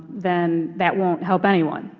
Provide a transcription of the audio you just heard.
then that won't help anyone.